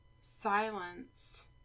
silence